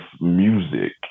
music